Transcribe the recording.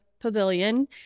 pavilion